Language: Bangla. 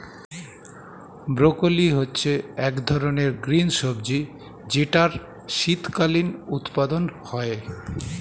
ব্রকোলি হচ্ছে এক ধরনের গ্রিন সবজি যেটার শীতকালীন উৎপাদন হয়ে